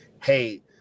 hey